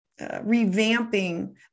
revamping